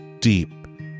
deep